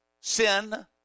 sin